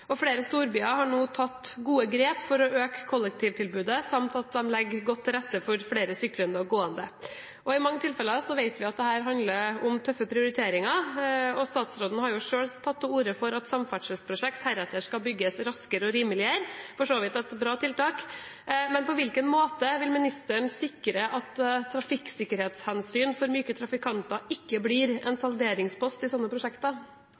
Flere storbyer har nå tatt gode grep for å øke kollektivtilbudet, samt at de legger godt til rette for flere syklende og gående. I mange tilfeller vet vi at dette handler om tøffe prioriteringer. Statsråden har jo selv tatt til orde for at samferdselsprosjekter heretter skal bygges raskere og rimeligere. For så vidt et bra tiltak, men på hvilken måte vil ministeren sikre at trafikksikkerhetshensyn for myke trafikanter ikke blir en salderingspost i slike prosjekter?